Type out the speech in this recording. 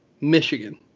Michigan